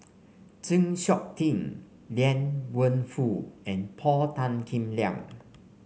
Chng Seok Tin Liang Wenfu and Paul Tan Kim Liang